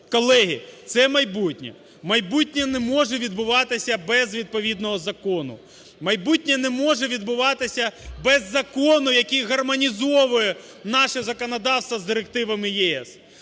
Колеги, це майбутнє. Майбутнє не може відбуватися без відповідного закону. Майбутнє не може відбуватися без закону, який гармонізує наше законодавство з директивами ЄС.